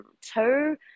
two